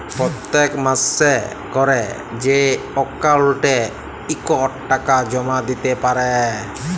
পত্তেক মাসে ক্যরে যে অক্কাউল্টে ইকট টাকা জমা দ্যিতে পারে